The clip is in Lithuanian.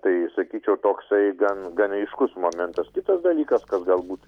tai sakyčiau toksai gan gan aiškus momentas kitas dalykas kas galbūt